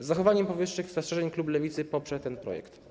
Z zachowaniem powyższych zastrzeżeń klub Lewicy poprze ten projekt.